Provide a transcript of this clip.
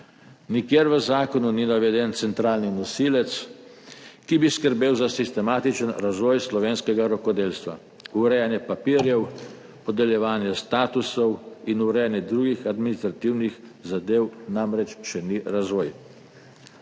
Nikjer v zakonu ni naveden centralni nosilec, ki bi skrbel za sistematičen razvoj slovenskega rokodelstva, urejanje papirjev, podeljevanje statusov in urejanje drugih administrativnih zadev namreč še ni razvoj.